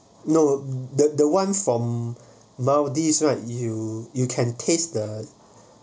no the the one from maldives right you you can taste the